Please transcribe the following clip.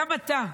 גם אתה.